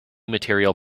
material